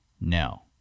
no